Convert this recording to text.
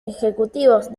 ejecutivos